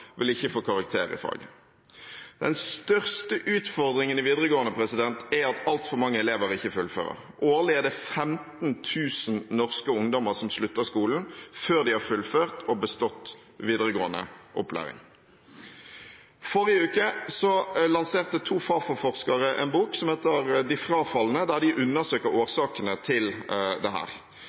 vil ikke få karakter i faget. Den største utfordringen i videregående er at altfor mange elever ikke fullfører. Årlig er det 15 000 norske ungdommer som slutter skolen før de har fullført og bestått videregående opplæring. Forrige uke lanserte to Fafo-forskere en bok som heter «De frafalne», der de undersøker årsakene til dette og viser at det